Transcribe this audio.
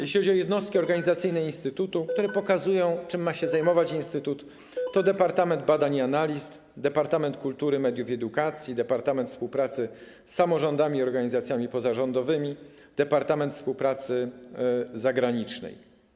Jeśli chodzi o jednostki organizacyjne instytutu, które pokazują, czym ma się on zajmować, to: Departament Badań i Analiz, Departament Kultury, Mediów i Edukacji, Departament Współpracy z Samorządami i Organizacjami Pozarządowymi, Departament Współpracy Zagranicznej.